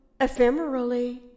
ephemerally